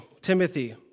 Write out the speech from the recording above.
Timothy